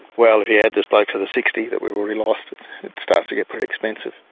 well, if you had this bloke to the sixty that we've already lost, it starts to get pretty expensive.